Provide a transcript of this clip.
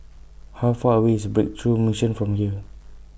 How Far away IS Breakthrough Mission from here